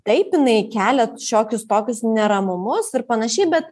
taip jinai kelia šiokius tokius neramumus ir panašiai bet